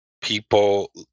people